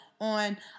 on